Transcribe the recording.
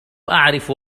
أعرف